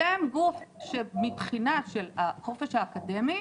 אתם גוף שמבחינת החופש האקדמי,